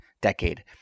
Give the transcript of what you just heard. decade